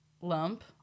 lump